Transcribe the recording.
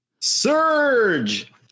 Surge